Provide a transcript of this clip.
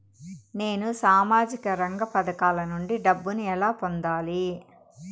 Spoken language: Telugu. నేను సామాజిక రంగ పథకాల నుండి డబ్బుని ఎలా పొందాలి?